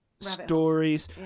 stories